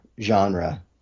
genre